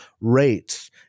rates